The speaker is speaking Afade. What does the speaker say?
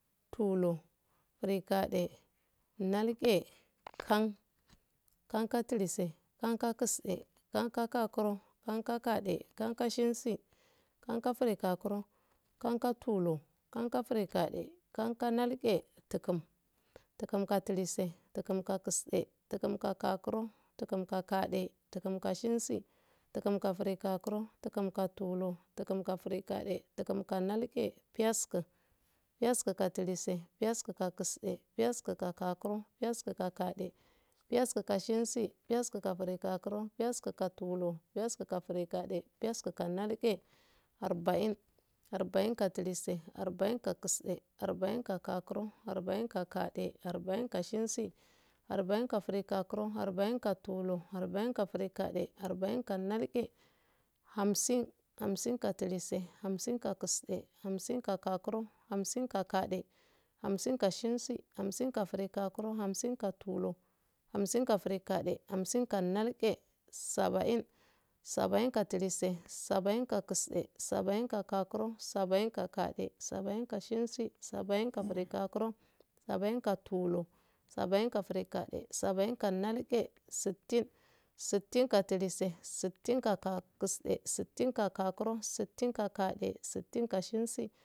Tulu grigade nalge kan kan katlise kankakisde kanka gakuro kanka gade kankashenshi kanka girgakuro kanka tulur kanka grigade kanka nalge tugum tugumkakatlise tukumka kakisde tukumka kaga tukumka kagade tukumka shensi tukumka girgakuro tukumka tulur tukumka grigade tukumka nalge piyasku piyasku kalise piyaskuka kakisde piyaskuka kaga piyaskuka kagade piyaskuka shensi piyaskuka girgakuro piyaskuka tulur piyaskuka grigade piyaskuka nalge arbain arbain kalise arbainka kakisde arbainka kaga arbainka kagade arbainka shensi arbainka girgakuro arbainka tulur arbainka grigade arbainka nalge hamsin hamsinkatlise hamsinka kakisde hamsinka kaga hamsinka kagade hamsinka shensi hamsinka girgakuro hamsinka tulur hamsinka grigade hamsinka nalge sabin sabain kalise sabainka kakisde sabainka kaga sabainka kagade sabainka shensi sabainka girgakuro sabainka tulur sabainka grigade sabainka nalge sitinka sittinka kalise sittinka kakisde sittinka kaga sittinka kagade sittinka shensi,